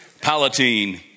Palatine